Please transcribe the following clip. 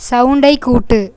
சவுண்டை கூட்டு